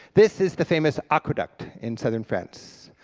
this is the famous aqueduct in southern france,